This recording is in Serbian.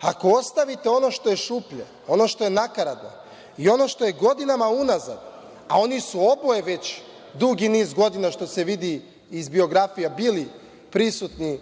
Ako ostavite ono što je šuplje, ono što je nakaradno i ono što je godinama unazad, a oni su oboje već dugi niz godina, što se vidi iz biografija, bili prisutni